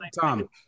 Tom